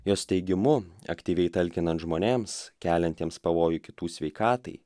jos teigimu aktyviai talkinant žmonėms keliantiems pavojų kitų sveikatai